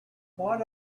what